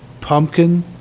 pumpkin